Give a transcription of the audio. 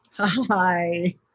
Hi